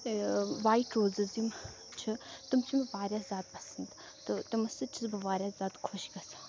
white roses یِم چھِ تٕم چھِ مےٚ واریاہ زیادٕ پَسنٛد تہٕ تِمو سۭتۍ چھَس بہٕ واریاہ زیادٕ خۄش گژھان